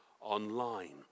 online